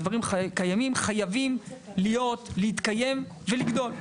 הדברים הקיימים חייבים להיות, להתקיים ולגדול.